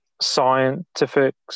scientifics